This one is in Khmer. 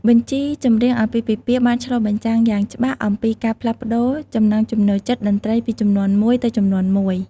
បញ្ជីចម្រៀងអាពាហ៍ពិពាហ៍បានឆ្លុះបញ្ចាំងយ៉ាងច្បាស់អំពីការផ្លាស់ប្តូរចំណង់ចំណូលចិត្តតន្ត្រីពីជំនាន់មួយទៅជំនាន់មួយ។